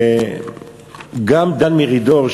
גם דן מרידור,